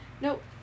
Nope